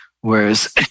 Whereas